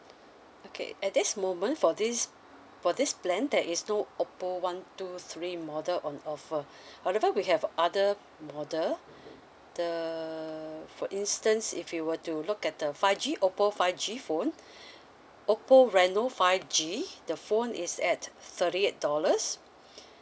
okay at this moment for this for this plan there is no Oppo one two three model on offer however we have other model the for instance if you were to look at the five G Oppo five G phone Oppo reno five G the phone is at thirty eight dollars